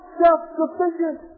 self-sufficient